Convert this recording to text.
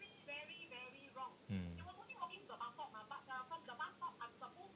mm